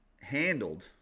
handled